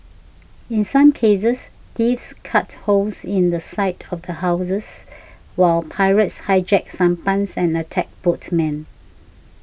in some cases thieves cut holes in the side of the houses while pirates hijacked sampans and attacked boatmen